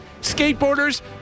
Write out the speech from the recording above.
Skateboarders